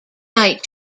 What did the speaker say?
night